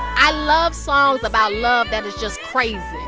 i love songs about love that is just crazy.